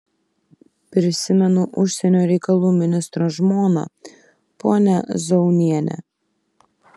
prisimenu užsienio reikalų ministro žmoną ponią zaunienę